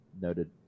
noted